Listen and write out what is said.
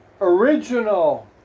original